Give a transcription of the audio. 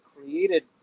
created